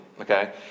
okay